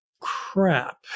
crap